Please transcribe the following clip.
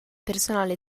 personale